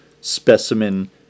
specimen